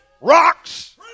rocks